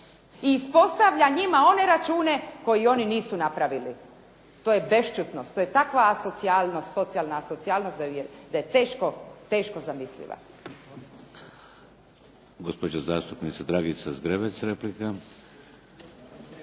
i ispostavlja njima one račune koje oni nisu napravili. To je bešćutnost, to je takva socijalna asocijalnost da je teško zamisliva.